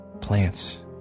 plants